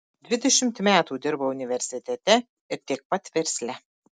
dvidešimt metų dirbau universitete ir tiek pat versle